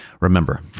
remember